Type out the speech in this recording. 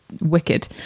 wicked